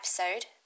episode